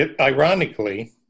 Ironically